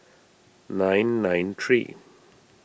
nine nine three